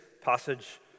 passage